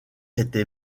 était